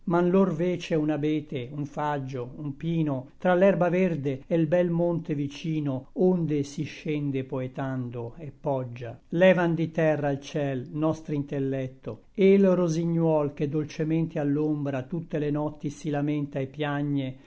n lor vece un abete un faggio un pino tra l'erba verde e l bel monte vicino onde si scende poetando et poggia levan di terra al ciel nostr'intellecto e l rosigniuol che dolcemente all'ombra tutte le notti si lamenta et piagne